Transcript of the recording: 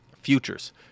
futures